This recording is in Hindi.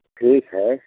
ठीक है